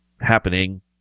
happening